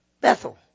Bethel